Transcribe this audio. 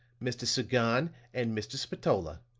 mr. sagon and mr. spatola.